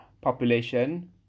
population